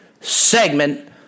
segment